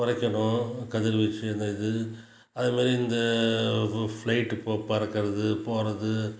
குறைக்கணும் கதிர் வீச்சு அந்த இது அதுமாரி இந்த ஃப்லைட் போ பறக்குறது போகிறது